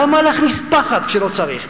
למה להכניס פחד כשלא צריך?